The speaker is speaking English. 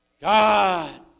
God